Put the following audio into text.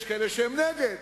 יש כאלה שהם נגד.